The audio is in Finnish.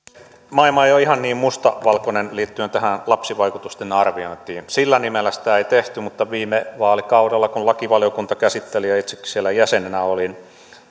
maailma ei ole ihan niin mustavalkoinen liittyen tähän lapsivaikutusten arviointiin sillä nimellä sitä ei tehty mutta viime vaalikaudella kun lakivaliokunta käsitteli tätä asiaa ja itsekin siellä jäsenenä olin